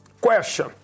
question